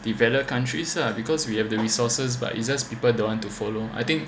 developed countries lah because we have the resources but it's just people don't want to follow I think